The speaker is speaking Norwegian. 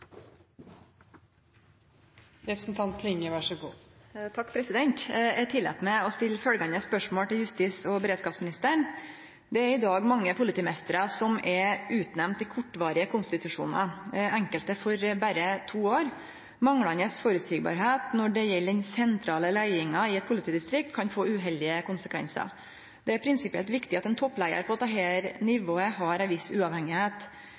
beredskapsministeren: «Det er i dag mange politimeistrar som er utnemnde i kortvarige konstitusjonar. Enkelte for berre 2 år. Manglande føreseielegheit når det gjeld den sentrale leiinga i eit politidistrikt kan få uheldige konsekvensar. Det er prinsipielt viktig at ein toppleiar på dette nivået har ei viss uavhengigheit.